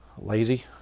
Lazy